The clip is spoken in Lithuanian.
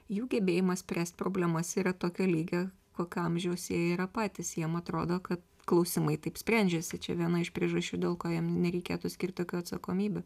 jų gebėjimas spręst problemas yra tokio lygio kokio amžiaus jie yra patys jiem atrodo kad klausimai taip sprendžiasi čia viena iš priežasčių dėl ko jam nereikėtų skirt tokių atsakomybių